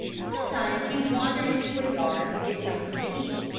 some times he wandered into a yard to get something to eat,